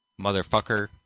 motherfucker